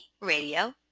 radio